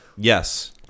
Yes